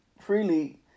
freely